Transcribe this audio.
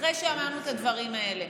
אחרי שאמרנו את הדברים האלה: